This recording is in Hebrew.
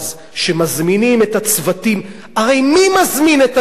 שמזמינים את הצוותים, הרי מי מזמין את הצוותים?